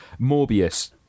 Morbius